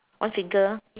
boys and girls